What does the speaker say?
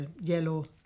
yellow